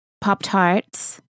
Pop-Tarts